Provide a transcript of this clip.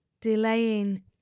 delaying